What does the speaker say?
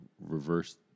reverse